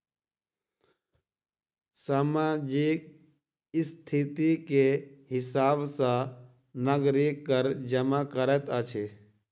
सामाजिक स्थिति के हिसाब सॅ नागरिक कर जमा करैत अछि